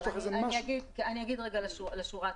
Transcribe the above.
אני אגיד שורה תחתונה.